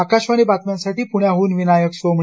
आकाशवाणी बातम्यांसाठी पृण्याहन विनायक सोमणी